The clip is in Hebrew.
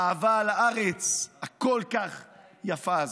אהבה לארץ הכל-כך יפה הזאת.